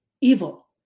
evil